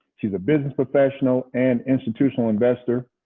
she's a business professional and institutional investor.